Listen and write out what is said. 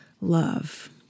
love